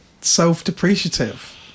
self-depreciative